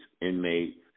inmates